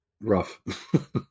rough